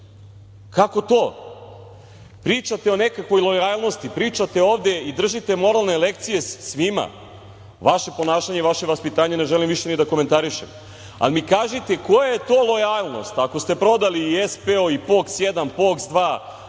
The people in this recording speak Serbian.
Kako to? Pričate o nekakvoj lojalnosti, pričate ovde i držite moralne lekcije svima. Vaše ponašanje i vaše vaspitanje ne želim više da komentarišem, ali mi kažite koja je to lojalnost ako ste prodali SPO i POKS 1, POKS 2,